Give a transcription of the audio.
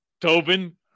Tobin